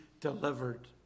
delivered